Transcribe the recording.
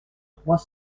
trois